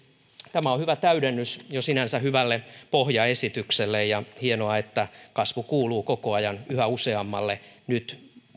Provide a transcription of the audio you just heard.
tämä on hyvä täydennys jo sinänsä hyvälle pohjaesitykselle hienoa että kasvu kuuluu koko ajan yhä useammalle nyt